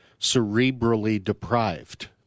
Cerebrally-deprived